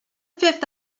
fifth